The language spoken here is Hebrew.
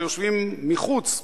שיושבים מחוץ,